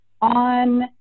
on